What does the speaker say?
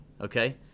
okay